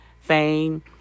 fame